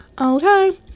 Okay